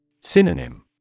Synonym